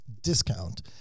discount